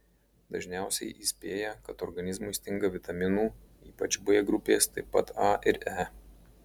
dažniausiai įspėja kad organizmui stinga vitaminų ypač b grupės taip pat a ir e